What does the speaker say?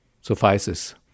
suffices